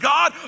God